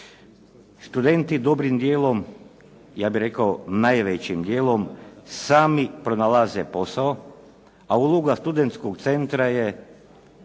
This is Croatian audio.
studenti dobrim dijelom, ja bih rekao najvećim dijelom sami pronalaze posao a uloga Studentskog centra je